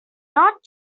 not